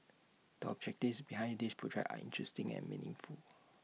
the objectives behind this project are interesting and meaningful